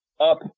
up